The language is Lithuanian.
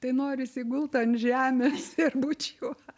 tai norisi gult ant žemės ir bučiuot